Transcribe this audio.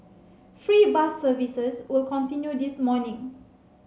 free bus services will continue this morning